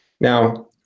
Now